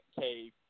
cave